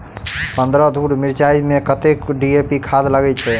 पन्द्रह धूर मिर्चाई मे कत्ते डी.ए.पी खाद लगय छै?